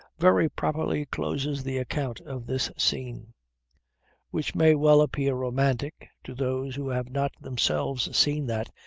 very properly closes the account of this scene which may well appear romantic to those who have not themselves seen that,